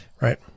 Right